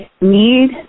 need